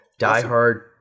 diehard